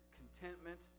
contentment